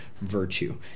virtue